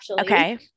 Okay